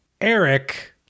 Eric